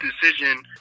decision